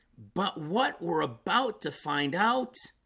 but what we're about to find out